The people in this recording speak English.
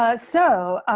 ah so,